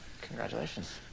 Congratulations